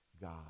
God